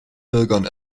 bürgern